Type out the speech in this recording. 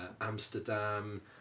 Amsterdam